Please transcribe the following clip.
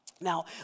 Now